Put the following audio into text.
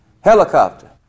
Helicopter